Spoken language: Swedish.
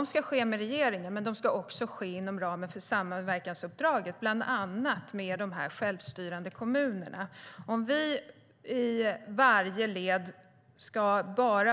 Det ska ske med regeringen, men det ska också ske inom ramen för samverkansuppdraget, bland annat med de här självstyrande kommunerna. Om vi i varje led bara ska